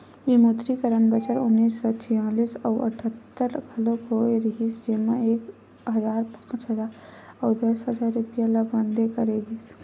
विमुद्रीकरन बछर उन्नीस सौ छियालिस अउ अठत्तर घलोक होय रिहिस जेमा एक हजार, पांच हजार अउ दस हजार रूपिया ल बंद करे गिस